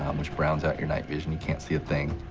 um which browns out your night vision, you can't see a thing.